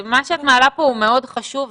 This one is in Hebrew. מה שאת מעלה פה הוא מאוד חשוב,